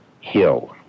Hill